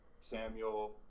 Samuel